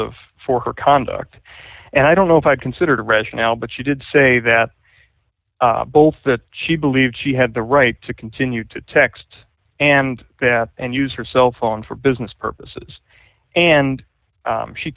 of for her conduct and i don't know if i considered rationale but she did say that both that she believed she had the right to continue to text and that and use her cell phone for business purposes and